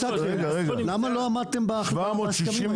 למה לא עמדתם בהסכמים האלה?